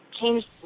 changed